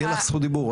יהיה לך זכות דיבור,